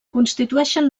constitueixen